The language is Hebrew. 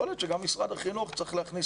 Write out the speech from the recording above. יכול להיות שגם משרד החינוך צריך להכניס